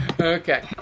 Okay